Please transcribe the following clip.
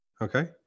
okay